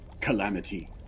calamity